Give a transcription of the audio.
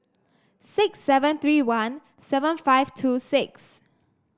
six seven three one seven five two six